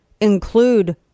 include